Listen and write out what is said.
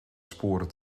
sporen